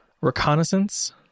reconnaissance